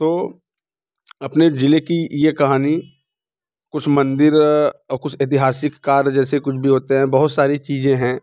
तो अपने जिले की ये कहानी कुछ मंदिर और कुछ ऐतिहासिक कार्य जैसे कुछ भी होते हैं बहुत सारी चीज़ें हैं